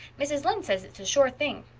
mrs. lynde says it's a sure thing.